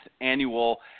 annual